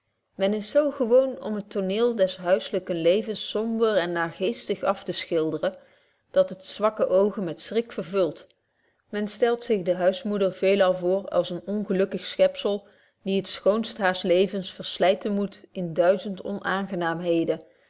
men is zo gewoon om het tooneel des huizelyken levens somber en naargeestig afteschilderen dat het zwakke oogen met schrik vervuld betje wolff proeve over de opvoeding men stelt zich de huismoeder veelal voor als een ongelukkig schepzel die het schoonst haars levens verslyten moet in duizend onaangenaamheden